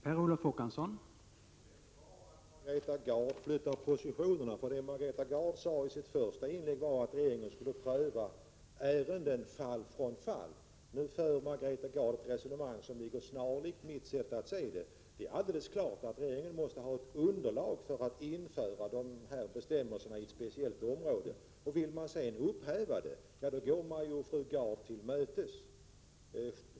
Herr talman! Det är bra att Margareta Gard flyttar positionerna. I sitt tidigare inlägg sade hon ju att regeringen skulle göra en prövning av ärenden från fall till fall. Nu för Margareta Gard ett resonemang som ligger nära min uppfattning. Det är alldeles klart att regeringen måste ha ett underlag för att kunna införa dessa bestämmelser i ett speciellt område. Om man senare vill upphäva detta undantag, går man ju fru Gard till mötes.